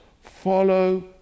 follow